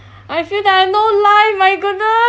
I feel that I've no life my goodness